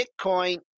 Bitcoin